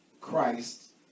Christ